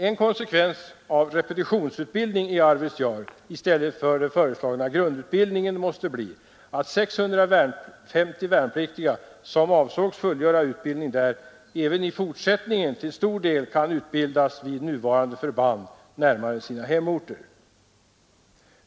En konsekvens av repetitionsutbildning i Arvidsjaur i stället för den föreslagna grundutbildningen måste bli att 650 värnpliktiga som avsågs fullgöra utbildningen där även i fortsättningen till stor del kan utbildas vid nuvarande förband närmare sina hemorter.